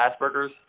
Asperger's